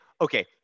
okay